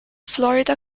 florida